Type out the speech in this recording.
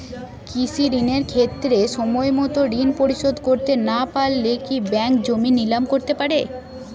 কৃষিঋণের ক্ষেত্রে সময়মত ঋণ পরিশোধ করতে না পারলে কি ব্যাঙ্ক জমি নিলাম করতে পারে?